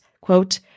quote